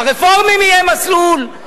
לרפורמים יהיה מסלול,